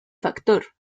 factor